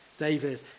David